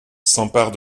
s’empare